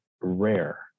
rare